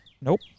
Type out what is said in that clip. Nope